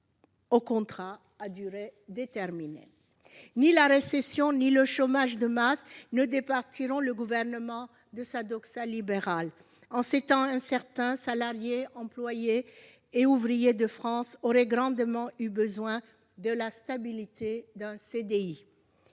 aux contrats à durée déterminée. Ni la récession ni le chômage de masse n'amèneront le Gouvernement à se départir de sa libérale. En ces temps incertains, salariés, employés et ouvriers de France auraient grandement eu besoin de la stabilité d'un